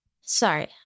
Sorry